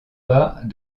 pas